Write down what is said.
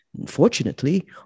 Unfortunately